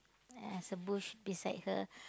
there's a bush beside her